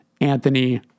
anthony